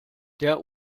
der